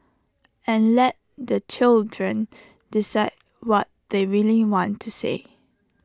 and let the children decide what they really want to say